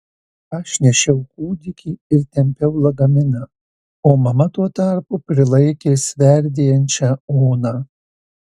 aš nešiau kūdikį ir tempiau lagaminą o mama tuo tarpu prilaikė sverdėjančią oną